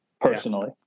personally